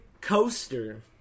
Coaster